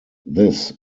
this